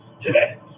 today